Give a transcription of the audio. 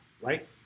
right